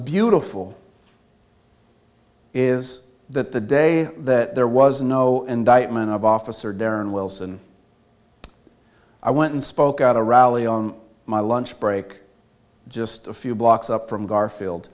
beautiful is that the day that there was no indictment of officer darren wilson i went and spoke at a rally on my lunch break just a few blocks up from garfield